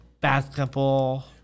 basketball